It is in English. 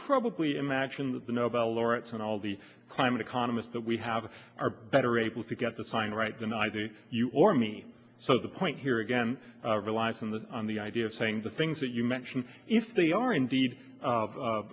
probably imagine that the nobel laureates and all the climate economists that we have are better able to get the sign right than i do you or me so the point here again relies on the on the idea of saying the things that you mentioned if they are